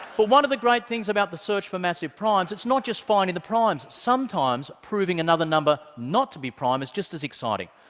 but one of the great things about the search for massive primes, it's not just finding the primes. sometimes proving another number not to be prime is just as exciting.